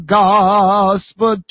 gospel